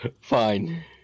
Fine